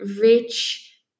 rich